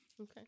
Okay